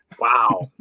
Wow